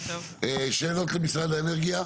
שאלות למשרד האנרגיה?